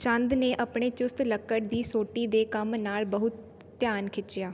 ਚੰਦ ਨੇ ਆਪਣੇ ਚੁਸਤ ਲੱਕੜ ਦੀ ਸੋਟੀ ਦੇ ਕੰਮ ਨਾਲ ਬਹੁਤ ਧਿਆਨ ਖਿੱਚਿਆ